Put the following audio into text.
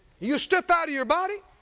you step out of your body